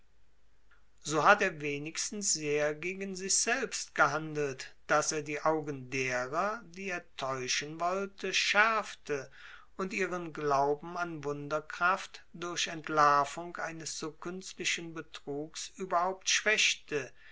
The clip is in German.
so hat er wenigstens sehr gegen sich selbst gehandelt daß er die augen derer die er täuschen wollte schärfte und ihren glauben an wunderkraft durch entlarvung eines so künstlichen betrugs überhaupt schwächte